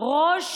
ראש